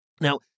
Now